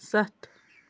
سَتھ